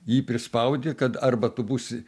jį prispaudė kad arba tu būsi